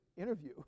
interview